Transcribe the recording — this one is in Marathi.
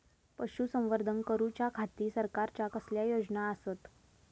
पशुसंवर्धन करूच्या खाती सरकारच्या कसल्या योजना आसत?